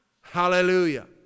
Hallelujah